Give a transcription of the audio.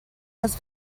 was